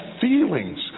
feelings